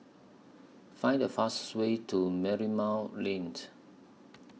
Find The fastest Way to Merlimau Lane